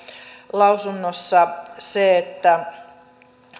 lausunnossa se että